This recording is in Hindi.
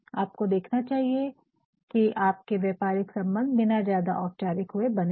आपको देखना चाहिए कि आपके व्यापारिक सम्बन्ध बिना ज्यादा औपचारिक हुए बने रहे